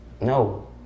No